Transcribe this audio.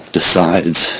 decides